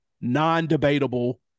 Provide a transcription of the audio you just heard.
non-debatable